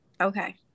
Okay